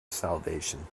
salvation